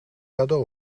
cadeau